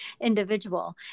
individual